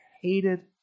hated